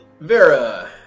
Vera